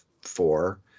four